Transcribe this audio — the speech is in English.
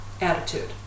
attitude